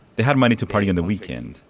they had money to party on the weekends,